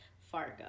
Fargo